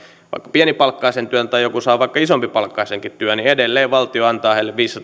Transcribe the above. pienipalkkaisen työn tai joku vaikka isompipalkkaisenkin työn niin että edelleen valtio antaa